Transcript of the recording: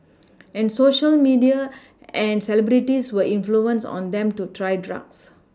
and Social media and celebrities were influences on them to try drugs